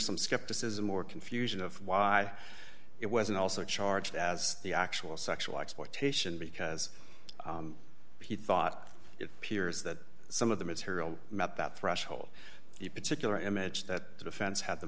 some skepticism or confusion of why it wasn't also charged as the actual sexual exploitation because he thought it appears that some of the material met that threshold the particular image that defense had the